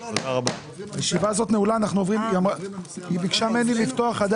עוברים לנושא הבא.